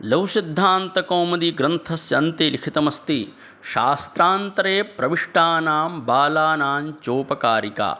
लघुसिद्धान्तकौमुदी ग्रन्थस्य अन्ते लिखितमस्ति शास्त्रान्तरे प्रविष्टानां बालानाञ्चोपकारिका